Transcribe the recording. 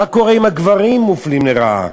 מה קורה אם הגברים מופלים לרעה?